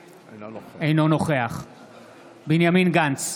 אינו נוכח בנימין גנץ,